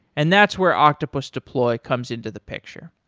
and that's where octopus deploy comes into the picture.